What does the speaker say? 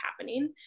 happening